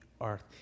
earth